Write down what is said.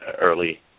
early